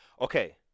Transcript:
Okay